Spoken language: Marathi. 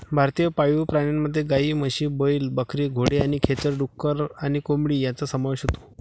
भारतीय पाळीव प्राण्यांमध्ये गायी, म्हशी, बैल, बकरी, घोडे आणि खेचर, डुक्कर आणि कोंबडी यांचा समावेश होतो